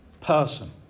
person